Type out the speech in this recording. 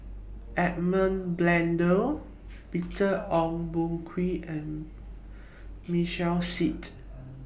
Edmund Blundell Peter Ong Boon Kwee and Michael Seet